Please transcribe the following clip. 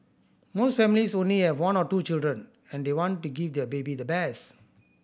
most families only have one or two children and they want to give their baby the best